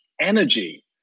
energy